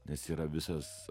nes yra visas